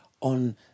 on